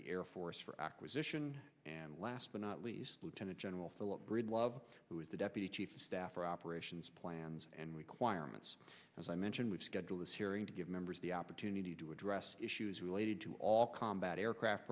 the air force for acquisition and last but not least lieutenant general philip breedlove who is the deputy chief of staff for operations plans and requirements as i mentioned with schedule this hearing to give members the opportunity to address issues related to all combat aircraft